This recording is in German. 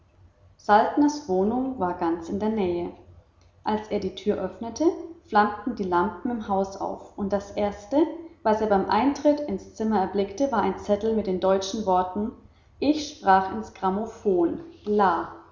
saltners wohnung war ganz in der nähe als er die tür öffnete flammten die lampen im haus auf und das erste was er beim eintritt ins zimmer erblickte war ein zettel mit den deutschen worten ich sprach ins grammophon la